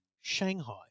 Shanghai